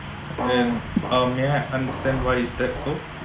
and um my I understand why is that so